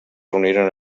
reuniren